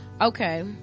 okay